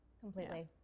Completely